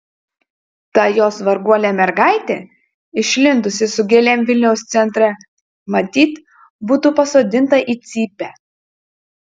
ta jos varguolė mergaitė išlindusi su gėlėm vilniaus centre matyt būtų pasodinta į cypę